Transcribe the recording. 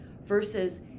versus